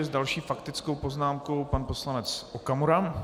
S další faktickou poznámkou pan poslanec Okamura.